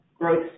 growth